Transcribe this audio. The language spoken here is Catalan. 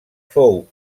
fou